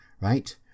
right